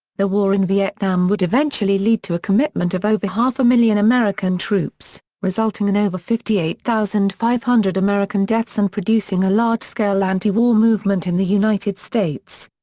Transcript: the war in vietnam would eventually lead to a commitment of over half a million american troops, resulting in over fifty eight thousand five hundred american deaths and producing a large-scale antiwar movement in the united states.